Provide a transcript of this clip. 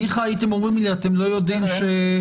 ניחא אם היית אומר לי שאתם לא יודעים שאנחנו